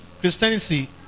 Christianity